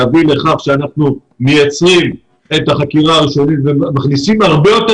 להביא לכך שאנחנו מייצרים את החקירה הראשונית ומכניסים הרבה יותר